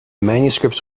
manuscripts